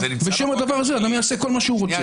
בשם הדבר הזה אדם יעשה כל מה שהוא רוצה.